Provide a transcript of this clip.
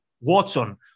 Watson